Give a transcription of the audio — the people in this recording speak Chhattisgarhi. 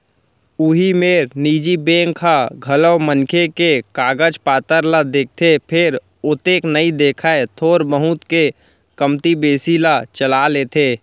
उही मेर निजी बेंक ह घलौ मनखे के कागज पातर ल देखथे फेर ओतेक नइ देखय थोर बहुत के कमती बेसी ल चला लेथे